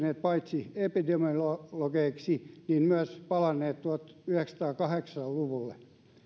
paitsi epidemiologeiksi myös palanneet tuhatyhdeksänsataakahdeksankymmentä luvulle